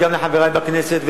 וגם לחברי בכנסת,